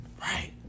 Right